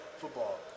football